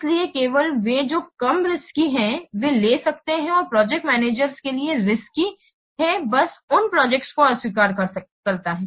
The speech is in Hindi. इसलिए केवल वे जो कम रिस्की हैं वे ले सकते हैं जो प्रोजेक्ट मैनेजर्स के लिए रिस्की हैं बस उन प्रोजेक्ट को अस्वीकार करता है